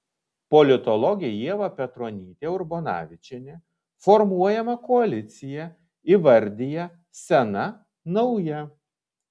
politologė ieva petronytė urbonavičienė formuojamą koaliciją įvardija sena nauja